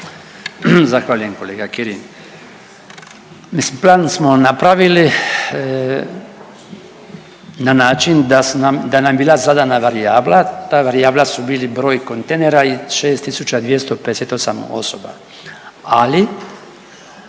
Zahvaljujem kolega Kirin. Plan smo napravili na način da nam je bila zadana varijabla, ta varijabla su bili broj kontejnera i 6258 osoba, ali